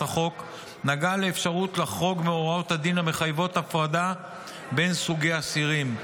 החוק נגע לאפשרות לחרוג מהוראות הדין המחייבות הפרדה בין סוגי אסירים.